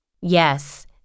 Yes